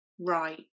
right